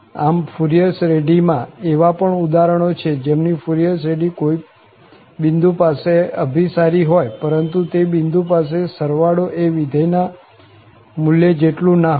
આમ ફુરિયર શ્રેઢીમાં એવા પણ ઉદાહરણો છે જેમની ફુરિયર શ્રેઢી કોઈ બિંદુ પાસે અભિસારી હોય પરંતુ તે બિંદુ પાસે સરવાળો એ વિધેયના મુલ્ય જેટલું ના હોય